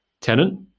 tenant